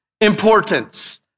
importance